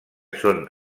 són